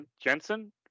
Jensen